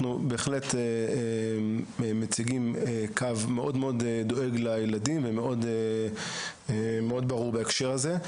אנחנו בהחלט מציגים קו מאוד דואג לילדים ומאוד ברור בהקשר הזה.